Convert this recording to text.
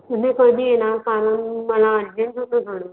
म्हणजे कधी येणार कारण मला अर्जेंट होतं थोडं